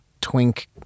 twink